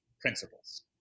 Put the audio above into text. principles